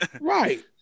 Right